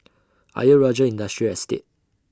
Ayer Rajah Industrial Estate